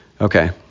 Okay